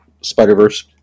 Spider-Verse